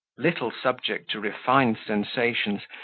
little subject to refined sensations,